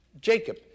Jacob